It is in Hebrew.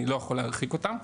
אני לא יכול להרחיק אותם,